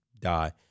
die